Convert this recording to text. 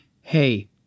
hey